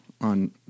on